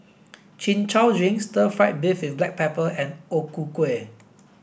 chin chow drink stir fry beef with black pepper and o ku kueh